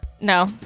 No